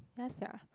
ya sia